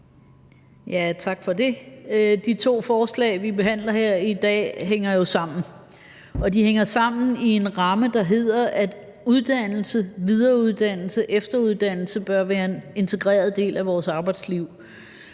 Tak for det. De to forslag, vi behandler her i dag, hænger jo sammen. Og de hænger sammen i en ramme, der hedder, at uddannelse, videreuddannelse og efteruddannelse bør være en integreret del af vores arbejdsliv.